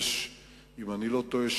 אם אני לא טועה,